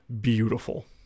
beautiful